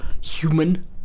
human